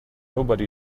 nobody